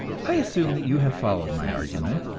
i assume that you have followed my argument,